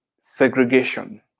segregation